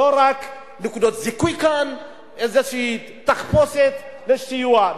לא רק נקודות זיכוי כאן, איזושהי תחפושת לסיוע.